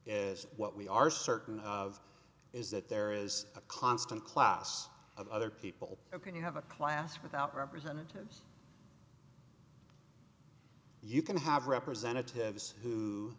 is what we are certain of is that there is a constant class of other people how can you have a class without representatives you can have representatives who